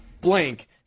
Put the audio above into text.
blank